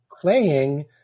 playing